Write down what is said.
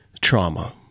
trauma